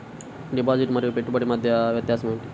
Deposit మరియు పెట్టుబడి మధ్య వ్యత్యాసం ఏమిటీ?